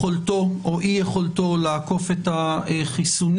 יכולתו או אי יכולתו לעקוף את החיסונים,